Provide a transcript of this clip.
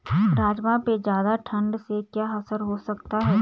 राजमा पे ज़्यादा ठण्ड से क्या असर हो सकता है?